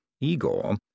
Igor